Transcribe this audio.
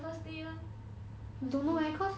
oh so so what she